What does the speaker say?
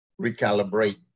recalibrate